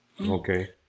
Okay